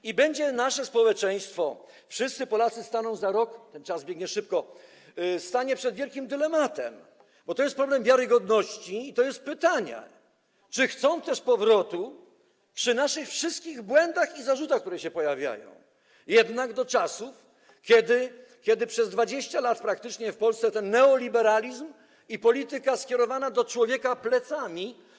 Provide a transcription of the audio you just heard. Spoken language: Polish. I będzie nasze społeczeństwo, wszyscy Polacy staną za rok - ten czas biegnie szybko - przed wielkim dylematem, bo to jest problem wiarygodności i to jest pytanie, czy chcą też powrotu, przy naszych wszystkich błędach i zarzutach, które się pojawiają, jednak do czasów, kiedy praktycznie przez 20 lat w Polsce ten neoliberalizm i polityka skierowana do człowieka plecami.